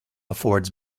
affords